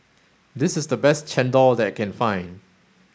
this is the best Chendol that I can find